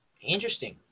Interesting